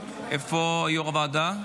איפה יו"ר הוועדה?